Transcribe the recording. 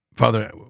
Father